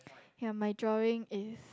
ya my drawing is